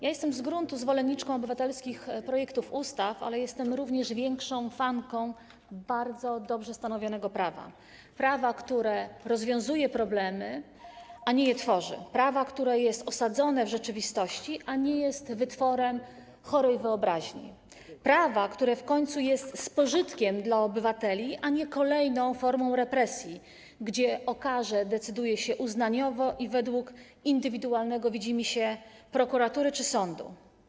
Jestem z gruntu zwolenniczką obywatelskich projektów ustaw, ale jestem również wielką fanką bardzo dobrze stanowionego prawa, prawa, które rozwiązuje problemy, a nie je tworzy, prawa, które jest osadzone w rzeczywistości, a nie jest wytworem chorej wyobraźni, prawa, które w końcu działa z pożytkiem dla obywateli, a nie jest kolejną formą represji, gdzie o karze decyduje się uznaniowo i według indywidualnego widzimisię prokuratury czy sądu.